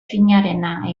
finarena